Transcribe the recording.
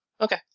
Okay